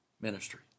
ministry